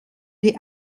die